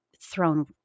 thrown